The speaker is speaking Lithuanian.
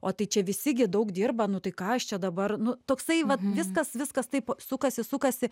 o tai čia visi gi daug dirba nu tai ką aš čia dabar nu toksai va viskas viskas taip sukasi sukasi